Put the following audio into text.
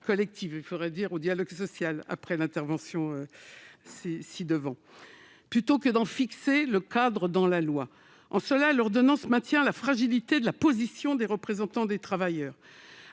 collective- ou plutôt au « dialogue social » pour faire écho à l'intervention précédente -plutôt que d'en fixer le cadre dans la loi. En cela, l'ordonnance maintient la fragilité de la position des représentants des travailleurs